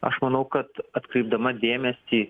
aš manau kad atkreipdama dėmesį